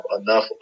enough